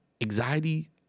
Anxiety